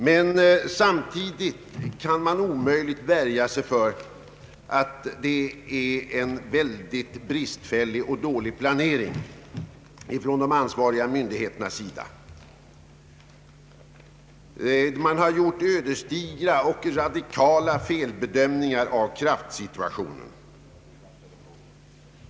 Men samtidigt är det omöjligt att värja sig för tanken att det varit en mycket bristfällig och dålig planering från de ansvariga myndigheternas sida. Det har gjorts ödesdigra och radikala felbedömningar av kraftsituationen.